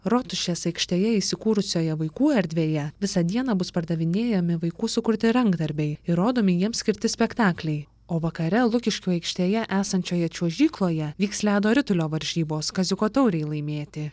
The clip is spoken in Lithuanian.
rotušės aikštėje įsikūrusioje vaikų erdvėje visą dieną bus pardavinėjami vaikų sukurti rankdarbiai ir rodomi jiems skirti spektakliai o vakare lukiškių aikštėje esančioje čiuožykloje vyks ledo ritulio varžybos kaziuko taurei laimėti